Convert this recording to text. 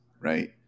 right